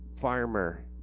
farmer